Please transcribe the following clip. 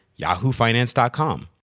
yahoofinance.com